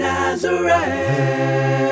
Nazareth